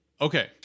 Okay